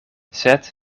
sed